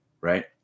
right